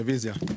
רוויזיה.